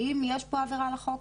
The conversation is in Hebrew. האם יש פה עבירה על החוק?